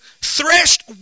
threshed